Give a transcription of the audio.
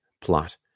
plot